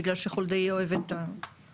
בגלל שחולדאי אוהב את הרעיון.